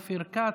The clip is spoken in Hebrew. אופיר כץ,